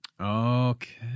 Okay